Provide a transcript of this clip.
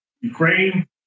Ukraine